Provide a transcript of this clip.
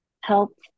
helps